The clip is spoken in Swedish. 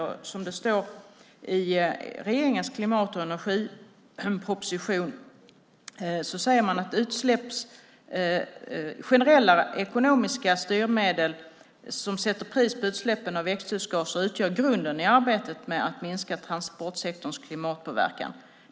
Och i regeringens klimat och energiproposition säger man att generella ekonomiska styrmedel som sätter pris på utsläppen av växthusgaser utgör grunden i arbetet med att minska transportsektorns klimatpåverkan.